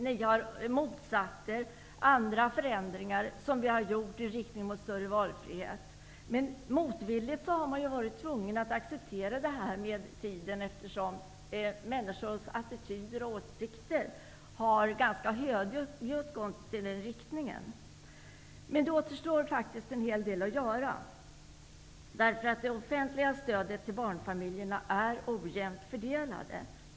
Likaså har ni motsatt er andra förändringar i riktning mot större valfrihet som vi har genomfört. Motvilligt har man, för det har man med tiden tvingats till, accepterat det här. Människor har ju ganska högljutt gett uttryck för attityder i den riktningen. Men en hel del återstår faktiskt att göra. Det offentliga stödet till barnfamiljerna är ojämnt fördelat.